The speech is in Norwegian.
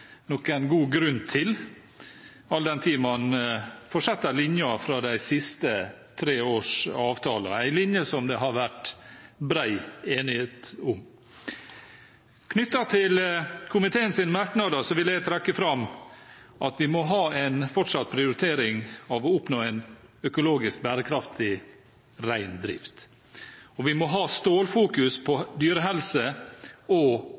noen god grunn til, all den tid man fortsetter linjen fra de siste tre års avtaler – en linje som det har vært bred enighet om. Når det gjelder komiteens merknader, vil jeg trekke fram at vi må ha en fortsatt prioritering av å oppnå målene om en økologisk bærekraftig reindrift, og vi må ha stålfokus på dyrehelse og